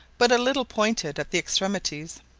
but a little pointed at the extremities.